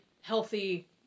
healthy